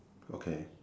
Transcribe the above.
okay